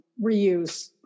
reuse